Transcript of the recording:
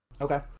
okay